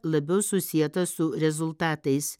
labiau susieta su rezultatais